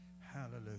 Hallelujah